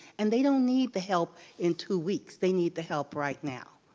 and they don't need the help in two weeks, they need the help right now.